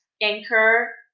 Anchor